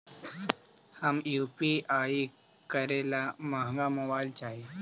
हम यु.पी.आई करे ला महंगा मोबाईल चाही?